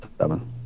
seven